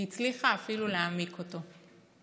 היא הצליחה אפילו להעמיק אותו.